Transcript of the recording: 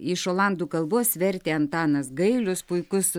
iš olandų kalbos vertė antanas gailius puikus